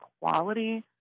quality